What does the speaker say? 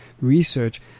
research